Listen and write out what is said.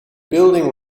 building